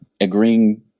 agreeing